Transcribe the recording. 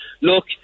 look